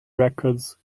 records